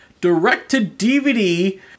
direct-to-DVD